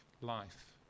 life